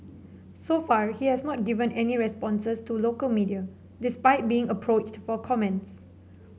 so far he has not given any responses to local media despite being approached for comments